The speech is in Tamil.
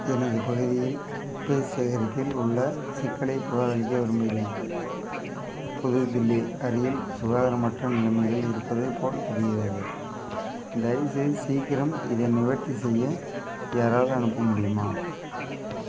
எனதுப் பகுதியில் குப்பை சேகரிப்பில் உள்ள சிக்கலைப் புகாரளிக்க விரும்புகிறேன் புது தில்லி அருகில் சுகாதாரமற்ற நிலைமைகள் இருப்பது போல் தெரிகிறது தயவு செய்து சீக்கிரம் இதை நிவர்த்தி செய்ய யாராவது அனுப்ப முடியுமா